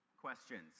questions